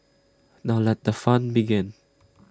now let the fun begin